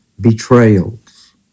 Betrayals